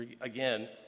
Again